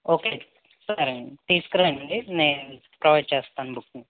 okay సరే అండి తీసుకురండి నేను ప్రొవైడ్ చేస్తాను బుక్ని